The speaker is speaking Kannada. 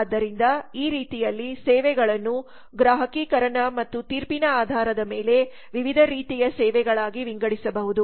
ಆದ್ದರಿಂದ ಈ ರೀತಿಯಲ್ಲಿ ಸೇವೆಗಳನ್ನು ಗ್ರಾಹಕೀಕರಣ ಮತ್ತು ತೀರ್ಪಿನ ಆಧಾರದ ಮೇಲೆ ವಿವಿಧ ರೀತಿಯ ಸೇವೆಗಳಾಗಿ ವಿಂಗಡಿಸಬಹುದು